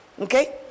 okay